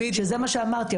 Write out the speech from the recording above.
שזה מה שאמרתי,